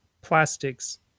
plastics